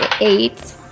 Eight